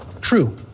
true